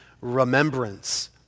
remembrance